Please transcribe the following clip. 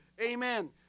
Amen